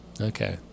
Okay